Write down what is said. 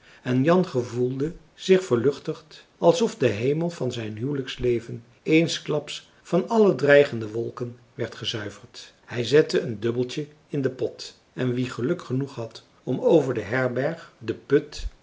en jan gevoelde zich verluchtigd alsof de hemel van zijn huwelijksleven eensklaps van alle dreigende wolken werd gezuiverd hij zette een dubbeltje in den pot en wie geluk genoeg had om over de herberg den put